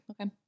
Okay